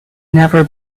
never